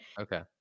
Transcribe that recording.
okay